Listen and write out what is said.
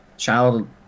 Child